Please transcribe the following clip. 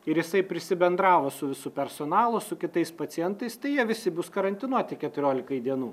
ir jisai prisibendravo su visu personalu su kitais pacientais tai jie visi bus karantinuoti keturiolikai dienų